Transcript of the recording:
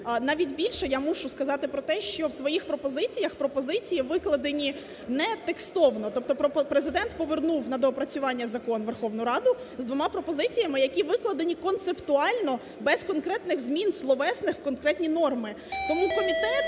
Навіть більше, я мушу сказати про те, що в своїх пропозиціях, пропозиції викладені не текстовно, тобто пропо... Президент повернув на доопрацювання закон у Верховну Раду з двома пропозиціями, які викладені концептуально без конкретних змін словесних в конкретні норми. Тому комітет,